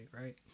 Right